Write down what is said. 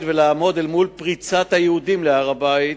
ולעמוד מול פריצת היהודים אל הר-הבית.